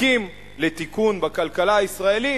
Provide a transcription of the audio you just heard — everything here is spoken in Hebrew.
זקוקים לתיקון בכלכלה הישראלית.